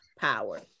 power